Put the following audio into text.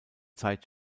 zeit